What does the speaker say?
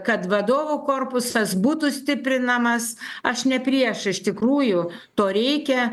kad vadovų korpusas būtų stiprinamas aš ne prieš iš tikrųjų to reikia